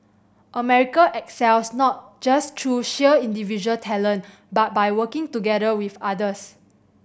America excels not just through sheer individual talent but by working together with others